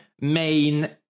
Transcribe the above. main